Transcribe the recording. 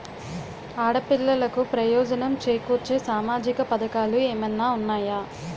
ఆడపిల్లలకు ప్రయోజనం చేకూర్చే సామాజిక పథకాలు ఏమైనా ఉన్నాయా?